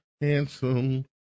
handsome